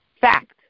Fact